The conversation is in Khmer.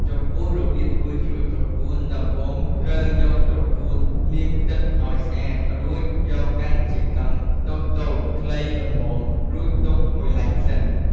ចំពោះរបៀបធ្វើជ្រក់ត្រកួនដំបូងត្រូវយកត្រកួនលាងទឹកឱ្យស្អាតរួចយកកាត់ជាកង់តូចៗខ្លីល្មមរួចទុកមួយឡែកសិន។